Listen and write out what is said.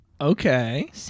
Okay